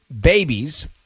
babies